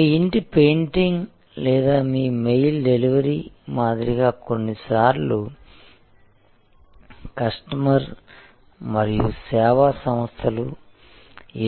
మీ ఇంటి పెయింటింగ్ లేదా మీ మెయిల్ డెలివరీ మాదిరిగా కొన్నిసార్లు కస్టమర్ మరియు సేవా సంస్థలు